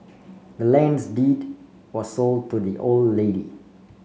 the land's deed were sold to the old lady